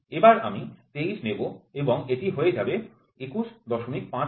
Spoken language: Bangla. এবার আমি ২৩ নেব এবং এটিই হয়ে যাবে ২১৫০০